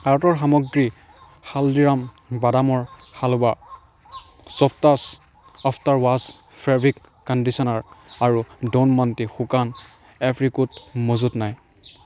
কাৰ্টৰ সামগ্ৰী হালদিৰাম বাদামৰ halwa softouch after wash fabric conditioner আৰু ড'ন মণ্টে শুকান এপ্ৰিকোট মজুত নাই